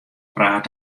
praat